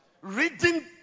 Reading